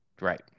Right